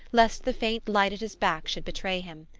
lest the faint light at his back should betray him.